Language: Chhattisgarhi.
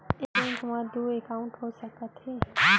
एक बैंक में दू एकाउंट हो सकत हे?